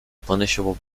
punishable